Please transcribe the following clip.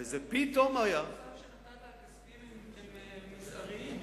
וזה פתאום היה, הסכומים הכספיים שנתת הם מזעריים.